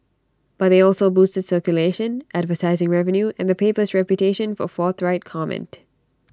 but they also boosted circulation advertising revenue and the paper's reputation for forthright comment